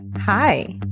Hi